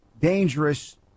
dangerous